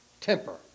Temper